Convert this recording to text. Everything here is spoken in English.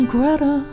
Greta